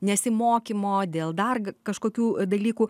nesimokymo dėl dar kažkokių dalykų